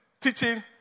teaching